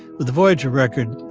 with the voyager record,